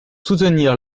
soutenir